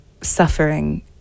suffering